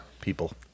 people